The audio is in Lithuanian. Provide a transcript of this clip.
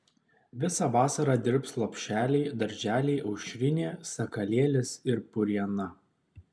visą vasarą dirbs lopšeliai darželiai aušrinė sakalėlis ir puriena